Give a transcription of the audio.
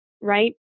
right